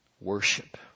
Worship